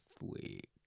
week